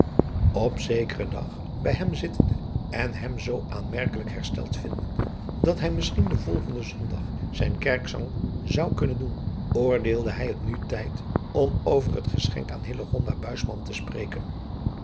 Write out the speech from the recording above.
op zekeren dag bij hem zittende en hem zoo aanmerkelijk hersteld vindende dat hij misschien den volgenden zondag zijn kerkgang zou kunnen doen oordeelde hij het nu tijd om over het geschenk aan hillegonda buisman te spreken